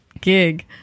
gig